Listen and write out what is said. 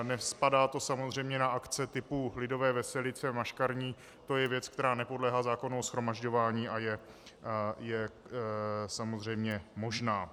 Nespadá to samozřejmě na akce typu lidové veselice, maškarní, to je věc, která nepodléhá zákonu o shromažďování a je samozřejmě možná.